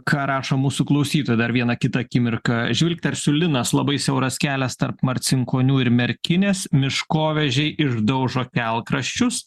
ką rašo mūsų klausytojai dar vieną kitą akimirką žvilgtersiu linas labai siauras kelias tarp marcinkonių ir merkinės miškovežiai išdaužo kelkraščius